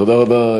תודה רבה,